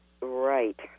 Right